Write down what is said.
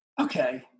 okay